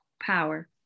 Power